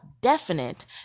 definite